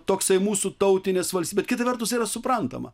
toksai mūsų tautinės valsty bet kita vertus yra suprantama